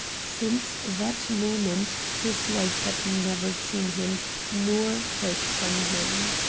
since that moment his wife had never seen him nor heard from him.